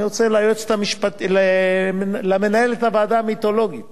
אני רוצה להודות למנהלת הוועדה המיתולוגית